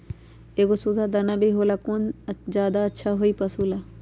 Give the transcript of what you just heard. एगो सुधा दाना भी होला कौन ज्यादा अच्छा होई पशु ला?